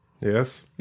Yes